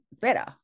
better